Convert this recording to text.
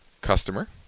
customer